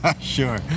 Sure